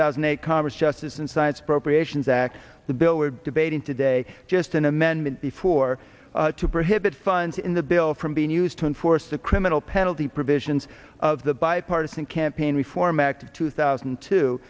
thousand a congress justice and sides appropriations act the bill we're debating today just an amendment before to prohibit funds in the bill from being used to enforce a criminal penalty provisions of the bipartisan campaign reform act two thousand